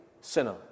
sinner